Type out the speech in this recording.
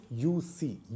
UC